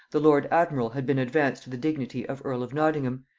the lord admiral had been advanced to the dignity of earl of nottingham,